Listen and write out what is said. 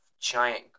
giant